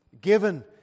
given